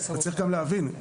צריך גם להבין,